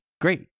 great